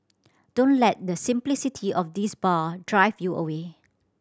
don't let the simplicity of this bar drive you away